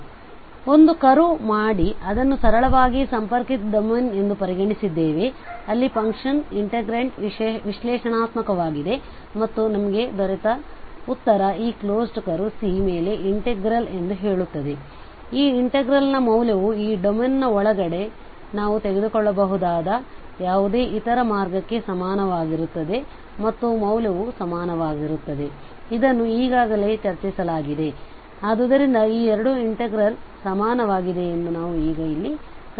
ಅಲ್ಲಿ ಒಂದು ಕರ್ವ್ ಮಾಡಿ ಅದನ್ನು ಸರಳವಾಗಿ ಸಂಪರ್ಕಿತ ಡೊಮೇನ್ ಎಂದು ಪರಿಗಣಿಸಿದ್ದೇವೆ ಅಲ್ಲಿ ಫಂಕ್ಷನ್ ಇಂಟಿಗ್ರೆಂಟ್ ವಿಶ್ಲೇಷಣಾತ್ಮಕವಾಗಿದೆ ಮತ್ತು ನಮ್ಗೆ ದೊರೆತ ಉತ್ತರ ಈ ಕ್ಲೋಸ್ಡ್ ಕರ್ವ್ C ಮೇಲೆ ಇಂಟಿಗ್ರಾಲ್ ಎಂದು ಹೇಳುತ್ತದೆ ಈ ಇಂಟಿಗ್ರಾಲ್ನ ಮೌಲ್ಯವು ಈ ಡೊಮೇನ್ನ ಒಳಗೆ ನಾವು ತೆಗೆದುಕೊಳ್ಳಬಹುದಾದ ಯಾವುದೇ ಇತರ ಮಾರ್ಗಕ್ಕೆ ಸಮನಾಗಿರುತ್ತದೆ ಮತ್ತು ಮೌಲ್ಯವು ಸಮನಾಗಿರುತ್ತದೆ ಇದನ್ನು ಈಗಾಗಲೇ ಚರ್ಚಿಸಲಾಗಿದೆ ಆದ್ದರಿಂದ ಈ 2 ಇನ್ಟೆಗ್ರಲ್ ಸಮನಾಗಿದೆ ಎಂದು ನಾವು ಈಗ ಇಲ್ಲಿ ಗಮನಿಸಿದ್ದೇವೆ